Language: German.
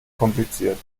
kompliziert